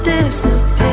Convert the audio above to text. Disappear